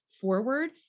forward